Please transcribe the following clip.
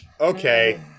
Okay